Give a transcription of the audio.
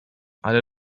ale